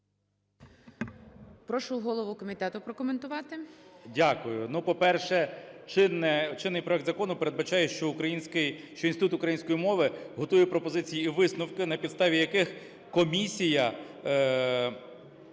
Прошу голову комітету прокоментувати.